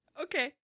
Okay